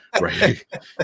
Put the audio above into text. right